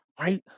right